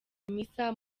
hamisa